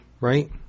right